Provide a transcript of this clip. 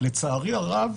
לצערי הרב,